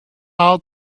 all